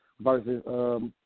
Versus